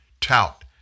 tout